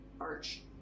arch